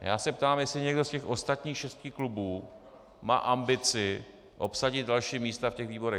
A já se ptám, jestli někdo z těch ostatních šesti klubů má ambici obsadit další místa v těch výborech.